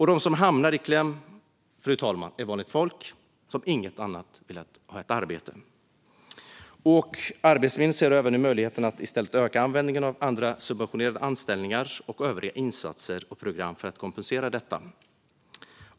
De som hamnar i kläm är vanligt folk som inte vill något annat än att ha ett arbete. Arbetsförmedlingen ser nu över möjligheterna att i stället öka användningen av andra subventionerade anställningar och övriga insatser och program för att kompensera för detta.